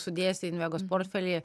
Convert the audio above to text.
sudėsi į invegos portfelį